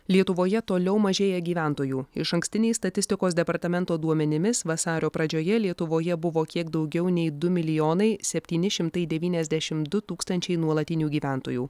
lietuvoje toliau mažėja gyventojų išankstiniais statistikos departamento duomenimis vasario pradžioje lietuvoje buvo kiek daugiau nei du milijonai septyni šimtai devyniasdešim du tūkstančiai nuolatinių gyventojų